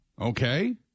Okay